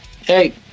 Hey